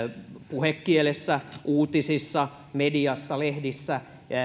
puhekielessä uutisissa mediassa lehdissä